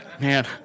man